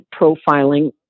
profiling